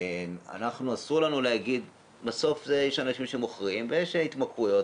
אסור לנו להגיד שבסוף יש אנשים שמוכרים ויש התמכרויות,